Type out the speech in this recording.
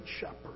shepherd